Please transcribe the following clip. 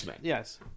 Yes